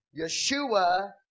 Yeshua